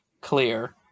clear